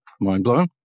mind-blown